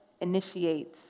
initiates